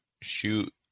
shoot